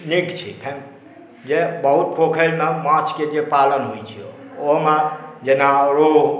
नीक छै जे बहुत पोखरि जे माछके जे पालन होइ छै ओहोमे जेना ओ